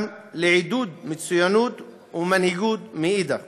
אך גם לעידוד מצוינות ומנהיגות מאידך גיסא.